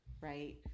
right